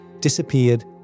disappeared